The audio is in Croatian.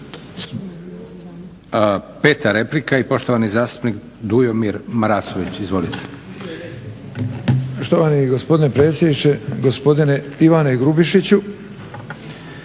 5 replika i poštovani zastupnik Dujomir Marasović. Izvolite.